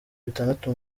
bitandatu